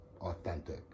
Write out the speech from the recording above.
authentic